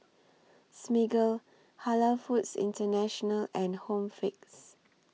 Smiggle Halal Foods International and Home Fix